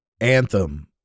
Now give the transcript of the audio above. Anthem